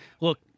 look